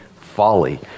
folly